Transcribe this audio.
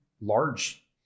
large